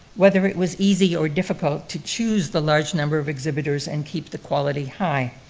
whether it was easy or difficult to choose the large number of exhibitors and keep the quality high.